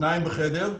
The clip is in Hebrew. שניים בחדר.